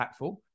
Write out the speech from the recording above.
impactful